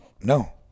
no